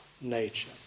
nature